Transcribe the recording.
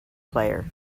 player